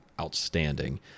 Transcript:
outstanding